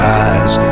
eyes